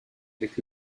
avec